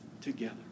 together